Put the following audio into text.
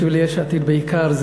בשביל יש עתיד בעיקר,